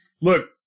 Look